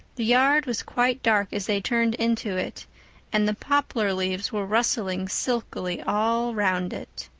yard was quite dark as they turned into it and the poplar leaves were rustling silkily all round it.